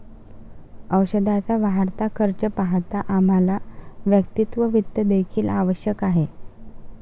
औषधाचा वाढता खर्च पाहता आम्हाला वैयक्तिक वित्त देखील आवश्यक आहे